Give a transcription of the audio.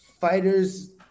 fighters